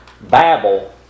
babble